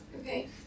Okay